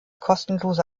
kostenlose